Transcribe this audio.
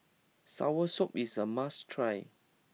Soursop is a must try